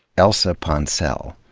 elsa ponselle.